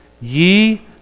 Ye